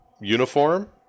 uniform